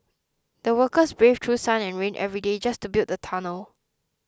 the workers braved through sun and rain every day just to build the tunnel